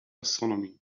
astronomy